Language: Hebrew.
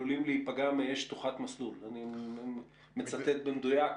שעלולים להיפגע מאש שטוחת מסלול ואני מצטט במדויק.